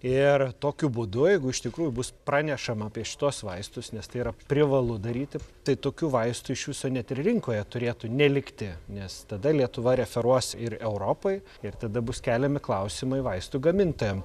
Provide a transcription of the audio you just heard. ir tokiu būdu jeigu iš tikrųjų bus pranešama apie šituos vaistus nes tai yra privalu daryti tai tokių vaistų iš viso net ir rinkoje turėtų nelikti nes tada lietuva referuos ir europai ir tada bus keliami klausimai vaistų gamintojam